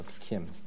Kim